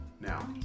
now